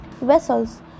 Vessels